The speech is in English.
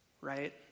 right